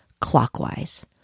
clockwise